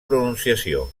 pronunciació